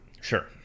Sure